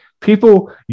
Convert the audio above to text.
people